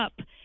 Up